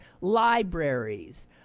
libraries